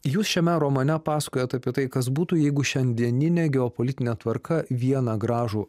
jūs šiame romane pasakojot apie tai kas būtų jeigu šiandieninė geopolitinė tvarka vieną gražų